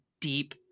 deep